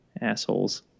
assholes